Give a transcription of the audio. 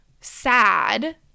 sad